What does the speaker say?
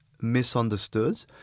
misunderstood